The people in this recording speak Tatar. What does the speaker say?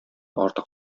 артык